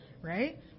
right